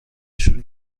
شروع